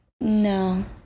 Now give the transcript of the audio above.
no